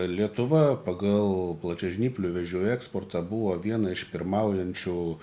lietuva pagal plačiažnyplių vėžių eksportą buvo viena iš pirmaujančių